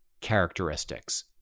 characteristics